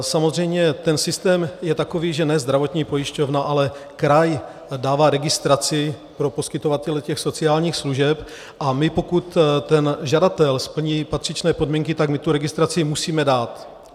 Samozřejmě, ten systém je takový, že ne zdravotní pojišťovna, ale kraj dává registraci pro poskytovatele sociálních služeb, a pokud ten žadatel splní patřičné podmínky, tak my tu registraci musíme dát.